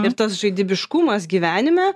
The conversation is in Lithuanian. ir tas žaidybiškumas gyvenime